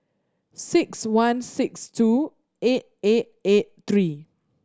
six one six two eight eight eight three